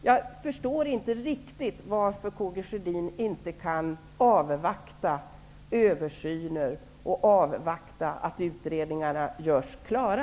Jag förstår inte riktigt varför Karl Gustaf Sjödin inte kan avvakta översyner och att utredningarna görs klara.